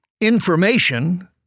information